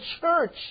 church